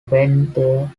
bender